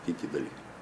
kiti dalykai